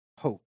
hope